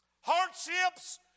Hardships